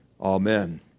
amen